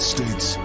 States